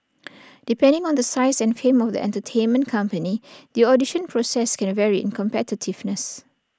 depending on the size and fame of the entertainment company the audition process can vary in competitiveness